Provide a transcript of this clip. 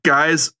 guys